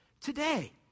today